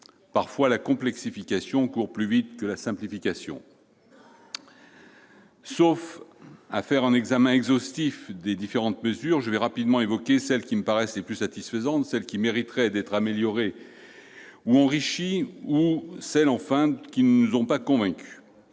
que la complexification coure plus vite que la simplification ! Sauf à faire un examen exhaustif des différentes mesures, je vais rapidement évoquer celles qui me paraissent les plus satisfaisantes, celles qui mériteraient d'être améliorées ou enrichies et celles, enfin, qui ne nous ont pas convaincus.